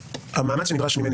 המאמץ שנדרש ממני,